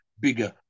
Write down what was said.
bigger